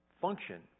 function